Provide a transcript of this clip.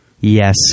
yes